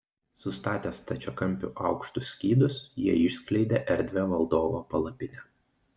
sustatę stačiakampiu aukštus skydus jie išskleidė erdvią valdovo palapinę